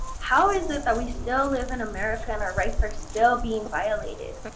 how is it that we still live in america and our rights are still being violated?